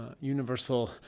universal